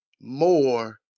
more